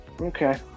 Okay